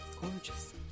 gorgeous